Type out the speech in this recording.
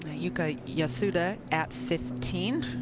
yeah yasuda at fifteen.